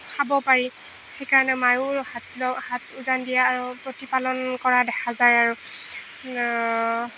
খাব পাৰি সেইকাৰণে মায়েও হাত হাত উজান দিয়ে আৰু প্ৰতিপালন কৰা দেখা যায় আৰু